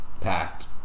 packed